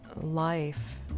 life